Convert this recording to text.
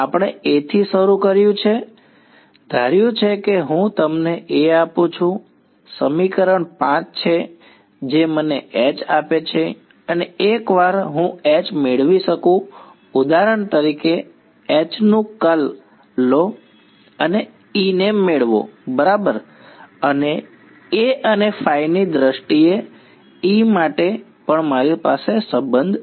આપણે A થી શરુ કર્યું છે ધાર્યું છે કે હું તમને A આપું છું સમીકરણ 5 છે જે મને H આપે છે અને એકવાર હું H મેળવી શકું ઉદાહરણ તરીકે H નું કર્લ લો અને E ને મેળવો બરાબર અને A અને ની દ્રષ્ટિએ E માટે પણ મારી પાસે સંબંધ છે